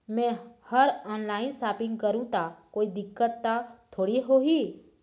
मैं हर online shopping करू ता कोई दिक्कत त थोड़ी होही?